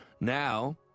Now